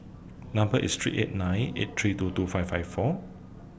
Number IS three eight nine eight three two two five five four